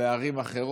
אני מעלה את מה שאמר